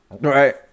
Right